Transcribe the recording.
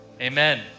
Amen